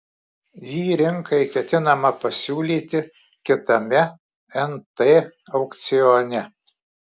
jį rinkai ketinama pasiūlyti kitame nt aukcione